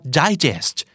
digest